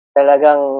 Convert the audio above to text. talagang